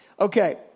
Okay